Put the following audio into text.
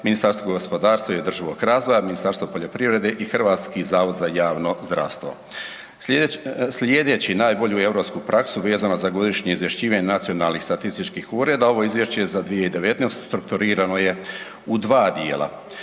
Ministarstvo gospodarstva i održivog razvoja, Ministarstvo poljoprivrede i HZJZ. Slijedeći najbolju europsku praksu vezano za godišnje izvješćivanje nacionalnih statističkih ureda ovo izvješće je za 2019. strukturirano je u 2 dijela.